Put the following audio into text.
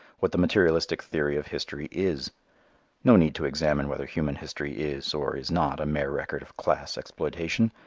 what the materialistic theory of history is no need to examine whether human history is, or is not, a mere record of class exploitation,